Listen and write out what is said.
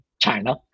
China